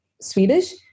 Swedish